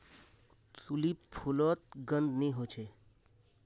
tulip फुलोत गंध नि होछे